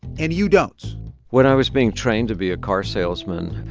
and you don't when i was being trained to be a car salesman,